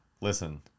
listen